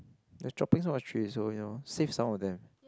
nature things on the tree so ya save some of them